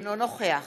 אינו נוכח